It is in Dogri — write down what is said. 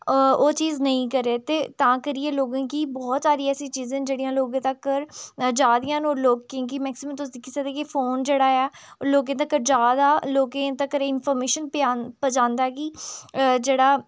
अ ओह् चीज़ नेईं करै ते तां करियै लोकें गी बहोत सारी ऐसी चीज़ां न जेह्ड़ियां लोकें तगर जा दियां न होर लोकें गी में वैसे बी तुस दिक्खी सकदे कि फोन जेह्ड़ा ऐ ओह् लोकें तगर जा दा लोकें तगर इंफर्मेशन पजांदा कि जेह्ड़ा